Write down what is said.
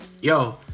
yo